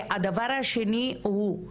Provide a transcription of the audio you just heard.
והדבר השני הוא,